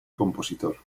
compositor